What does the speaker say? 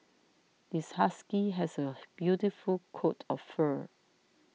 this husky has a beautiful coat of fur